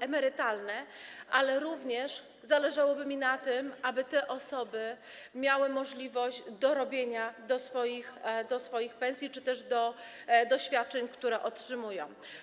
emerytalne, ale również zależałoby mi na tym, aby te osoby miały możliwość dorobienia do swoich pensji czy też do świadczeń, które otrzymują.